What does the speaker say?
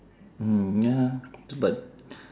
mm ya but